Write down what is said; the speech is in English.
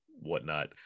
whatnot